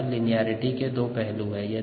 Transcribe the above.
यहाँ लिनियेरिटी के दो पहलू हैं